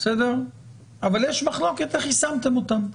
אבל יש מחלוקת צריך יישמתם אותם.